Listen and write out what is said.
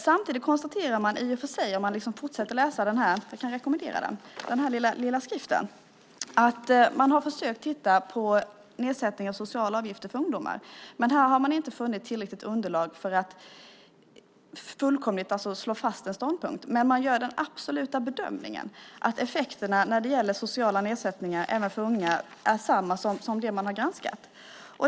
Samtidigt konstaterar Riksrevisionen - jag rekommenderar att läsa den lilla skriften - att man har försökt att titta på nedsättningar av sociala avgifter för ungdomar. Men här har man inte funnit tillräckligt underlag för att fullkomligt slå fast en ståndpunkt, men man gör den absoluta bedömningen att effekterna när det gäller sociala nedsättningar även för unga är samma som det man har granskat.